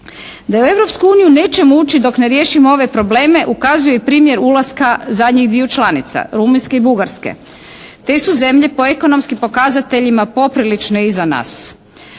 uniju nećemo ući dok ne riješimo ove probleme ukazuje i primjer ulaska zadnjih dviju članica Rumunjske i Bugarske. Te su zemlje po ekonomskim pokazateljima poprilično iza nas.